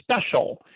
special